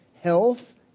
Health